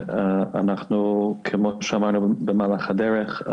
כמו ששמענו במהלך הדרך,